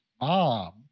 mom